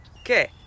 Okay